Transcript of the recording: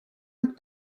with